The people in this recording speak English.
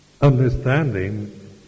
understanding